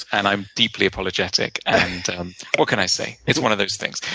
and i'm deeply apologetic. and what can i say? it's one of those things.